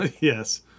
Yes